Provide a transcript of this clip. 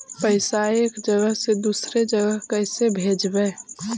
पैसा एक जगह से दुसरे जगह कैसे भेजवय?